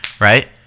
right